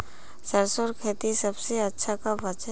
सरसों खेती सबसे अच्छा कब होचे?